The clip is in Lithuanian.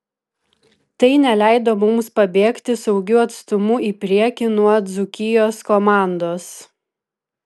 tai neleido mums pabėgti saugiu atstumu į priekį nuo dzūkijos komandos